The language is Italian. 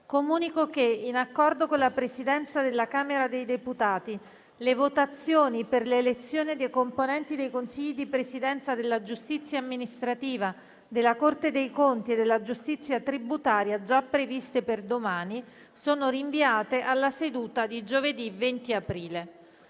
Comunico che, in accordo con la Presidenza della Camera dei deputati, le votazioni per l'elezione dei componenti dei Consigli di presidenza della Giustizia amministrativa, della Corte dei conti e della Giustizia tributaria, già previste per domani, sono rinviate alla seduta di giovedì 20 aprile.